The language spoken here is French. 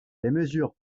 mesures